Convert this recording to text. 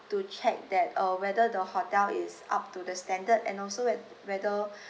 to check that uh whether the hotel is up to the standard and also whet~ whether